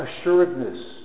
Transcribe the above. assuredness